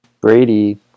Brady